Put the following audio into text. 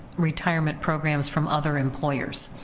retirement programs from other employers.